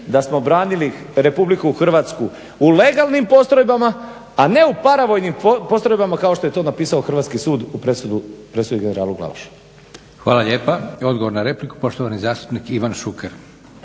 da smo branili Republiku Hrvatsku u legalnim postrojbama, a ne u paravojnim postrojbama kao što je to napisao hrvatski sud u presudi generalu Glavašu. **Leko, Josip (SDP)** Hvala lijepa. Odgovor na repliku, poštovani zastupnik Ivan Šuker.